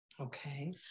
okay